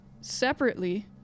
separately